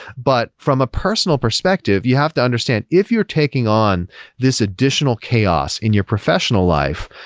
but from a personal perspective, you have to understand, if you're taking on this additional chaos in your professional life,